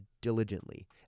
diligently